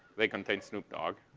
may contain snoop dog.